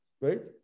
right